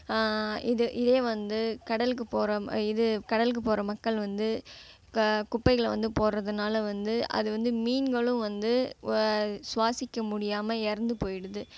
இது இதே வந்து கடலுக்கு போகிற இது கடலுக்கு போகிற மக்கள் வந்து க குப்பைகளை வந்து போடறதுனால வந்து அது வந்து மீன்களும் வந்து சுவாசிக்க முடியாமல் இறந்து போயிடுது